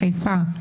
חיפה,